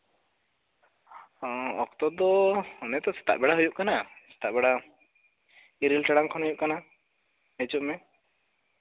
ᱚᱠᱛᱚ ᱫᱚ ᱚᱱᱮ ᱛᱚ ᱥᱮᱛᱟᱜ ᱵᱮᱲᱟ ᱦᱩᱭᱩᱜ ᱠᱟᱱᱟ ᱤᱨᱟᱹᱞ ᱴᱟᱲᱟᱝ ᱦᱩᱭᱩᱜ ᱠᱟᱱᱟ